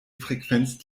frequenz